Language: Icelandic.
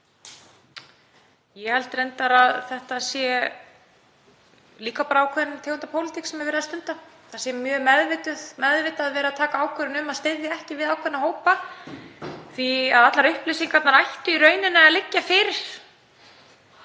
Ég held reyndar að þetta sé líka ákveðin tegund af pólitík sem er verið að stunda. Það sé mjög meðvitað verið að taka ákvörðun um að styðja ekki við ákveðna hópa því að allar upplýsingar ættu í raun að liggja fyrir.